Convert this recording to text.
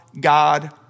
God